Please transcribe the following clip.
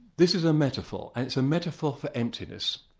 this is a metaphor and it's a metaphor for emptiness,